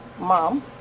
mom